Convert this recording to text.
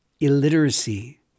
illiteracy